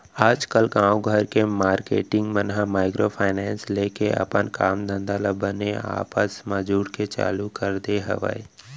आजकल गाँव घर के मारकेटिंग मन ह माइक्रो फायनेंस लेके अपन काम धंधा ल बने आपस म जुड़के चालू कर दे हवय